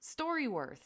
StoryWorth